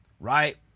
Right